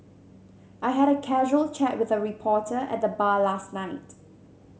I had a casual chat with a reporter at the bar last night